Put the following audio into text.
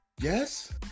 Yes